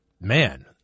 man